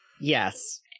Yes